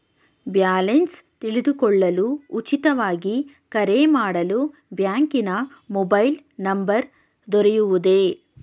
Balance ತಿಳಿದುಕೊಳ್ಳಲು ಉಚಿತವಾಗಿ ಕರೆ ಮಾಡಲು ಬ್ಯಾಂಕಿನ ಮೊಬೈಲ್ ನಂಬರ್ ದೊರೆಯುವುದೇ?